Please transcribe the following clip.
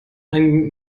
ein